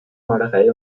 malerei